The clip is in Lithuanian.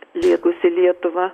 lietūs į lietuva